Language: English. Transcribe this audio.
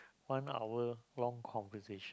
one hour long conversation